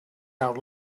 out